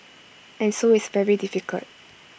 and so it's very difficult